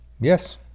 yes